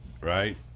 right